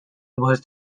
was